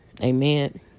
amen